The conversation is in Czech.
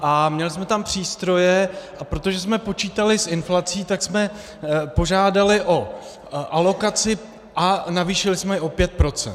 A měli jsme tam přístroje, a protože jsme počítali s inflací, tak jsme požádali o alokaci a navýšili jsme ji o 5 procent.